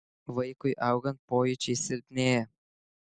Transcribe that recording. vaikui augant pojūčiai silpnėja